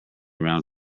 around